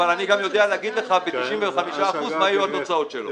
אבל אני גם יודע להגיד לך ב-95% מה יהיו התוצאות שלו.